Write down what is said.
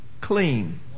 clean